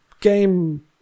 game